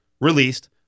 released